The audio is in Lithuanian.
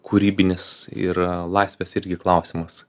kūrybinis ir laisvės irgi klausimas